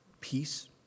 peace